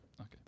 Okay